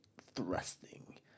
thrusting